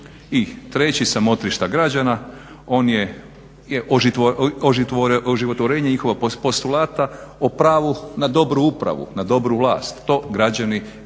I treći sa motrišta građana on je oživotvorenje njihova postulata o pravu na dobru upravu, na dobru vlast. To ustavno pravo